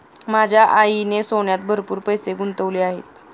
माझ्या आईने सोन्यात भरपूर पैसे गुंतवले आहेत